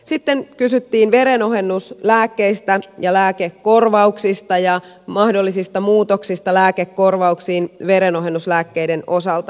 sitten kysyttiin verenohennuslääkkeistä ja lääkekorvauksista ja mahdollisista muutoksista lääkekorvauksiin verenohennuslääkkeiden osalta